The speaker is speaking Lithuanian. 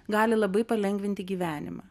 gali labai palengvinti gyvenimą